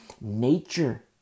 nature